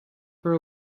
her